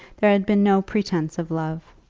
there had been no pretence of love.